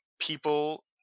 people